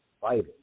fighting